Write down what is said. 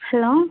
hello